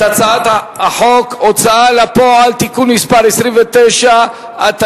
הצעת חוק ההוצאה לפועל (תיקון מס' 29) (תיקון),